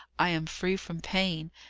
i am free from pain,